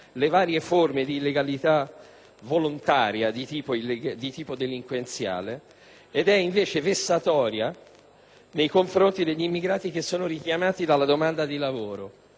nei confronti degli immigrati che sono richiamati dalla domanda di lavoro. Questi, per di più, sono richiamati proprio nei territori del Nord, che sono i più significativi dal punto di vista economico.